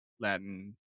Latin